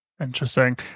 Interesting